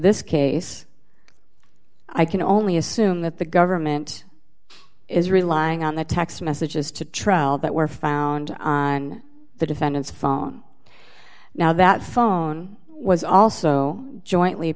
this case i can only assume that the government is relying on the text messages to trial that were found on the defendant's phone now that phone was also jointly